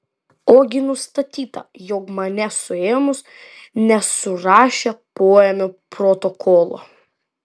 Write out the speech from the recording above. ogi nustatyta jog mane suėmus nesurašė poėmio protokolo